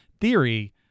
theory